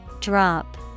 Drop